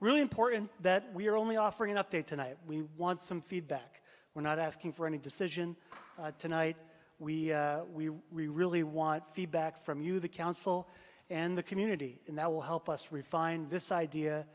really important that we're only offering an update tonight we want some feedback we're not asking for any decision tonight we we we really want feedback from you the council and the community that will help us refine this idea